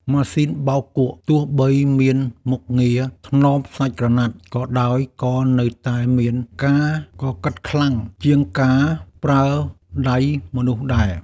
ម៉ាស៊ីនបោកគក់ទោះបីមានមុខងារថ្នមសាច់ក្រណាត់ក៏ដោយក៏នៅតែមានការកកិតខ្លាំងជាងការប្រើដៃមនុស្សដែរ។